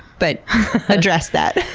but address that.